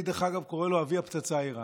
אני, דרך אגב, קורא לו "אבי הפצצה האיראנית".